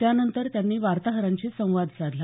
त्यानंतर त्यांनी वार्ताहरांशी संवाद साधला